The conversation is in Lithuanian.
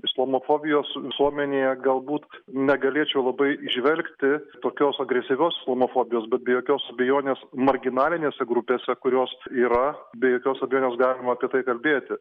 islamofobijos visuomenėje galbūt negalėčiau labai įžvelgti tokios agresyvios islamofobijos bet be jokios abejonės marginalinėse grupėse kurios yra be jokios abejonės galima apie tai kalbėti